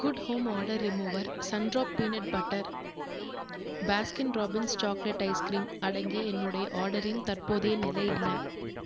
good home odour remover Sundrop peanut butter Baskin Robbins chocolate ice cream அடங்கிய என்னுடைய ஆர்டரின் தற்போதைய நிலை என்ன